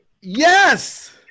Yes